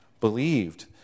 believed